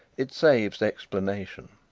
it saves explanation.